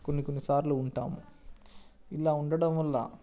కొన్ని కొన్ని సార్లు ఉంటాం ఇలా ఉండటం వల్ల